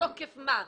מתוקף מה?